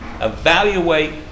evaluate